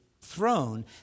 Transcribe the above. throne